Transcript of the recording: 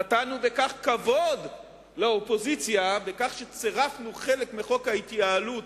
נתנו בכך כבוד לאופוזיציה בכך שצירפנו חלק מחוק ההתייעלות